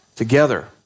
together